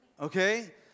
okay